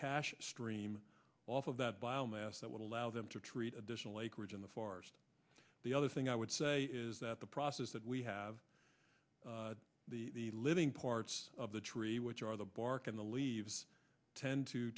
cash stream off of that biomass that would allow them to treat additional acreage in the forest the other thing i would say is that the process that we have the living parts of the tree which are the bark in the leaves tend to